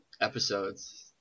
episodes –